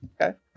Okay